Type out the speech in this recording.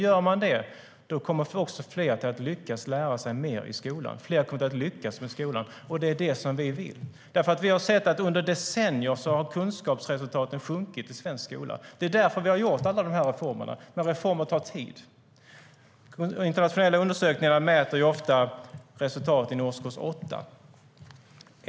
Gör man det kommer också fler att lyckas lära sig mer i skolan. Fler kommer att lyckas med skolan, och det är det vi vill. Under decennier har vi sett att kunskapsresultaten har sjunkit i svensk skola. Det är därför vi har gjort alla de här reformerna. Men reformer tar tid. Internationella undersökningar mäter ofta resultaten i årskurs 8.